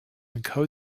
encode